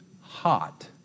hot